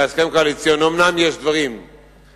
בהסכם הקואליציוני אומנם יש דברים שקוימו,